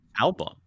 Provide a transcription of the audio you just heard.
album